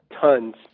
Tons